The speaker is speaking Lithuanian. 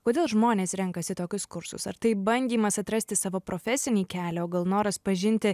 kodėl žmonės renkasi tokius kursus ar tai bandymas atrasti savo profesinį kelią o gal noras pažinti